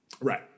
Right